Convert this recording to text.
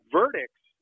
verdicts